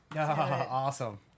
Awesome